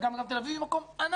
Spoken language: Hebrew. ואגב, תל אביב היא מקום ענק.